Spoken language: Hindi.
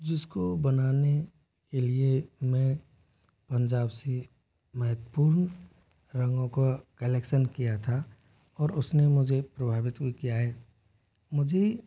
जिसको बनाने के लिए मैं पंजाब से महत्वपूर्ण रंगों को कलेक्शन किया था और उसने मुझे प्रभावित भी किया है मुझे